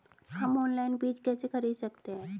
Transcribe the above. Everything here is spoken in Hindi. हम ऑनलाइन बीज कैसे खरीद सकते हैं?